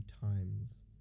times